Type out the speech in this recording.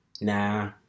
Nah